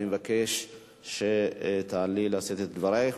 אני מבקש שתעלי לשאת את דברייך.